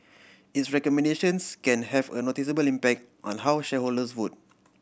its recommendations can have a noticeable impact on how shareholders vote